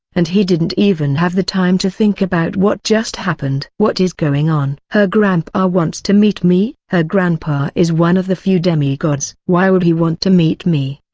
and he didn't even have the time to think about what just happened. what is going on? her grandpa ah wants to meet me? her grandpa is one of the few demigods. why would he want to meet me?